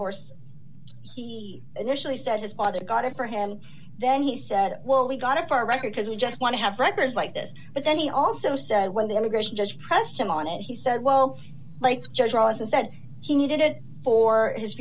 horse he initially said his father bought it for him then he said well we got it for our record because we just want to have records like this but then he also said when the immigration judge pressed him on it he said well like i said he needed it for his